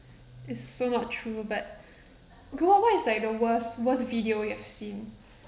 it's so not true but what is like the worst worst video you have seen